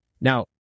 Now